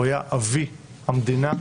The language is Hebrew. הוא היה אבי המדינה,